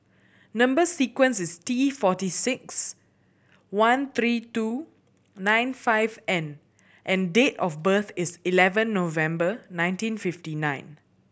number sequence is T forty six one three two nine five N and date of birth is eleven November nineteen fifty nine